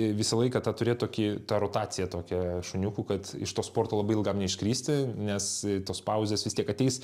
visą laiką tą turėt tokį tą rotaciją tokią šuniukų kad iš to sporto labai ilgam neiškristi nes tos pauzės vis tiek ateis